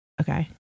Okay